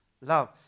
love